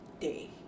day